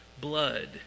blood